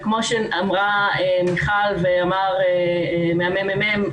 כמו שאמרה מיכל ואמר מהממ"מ,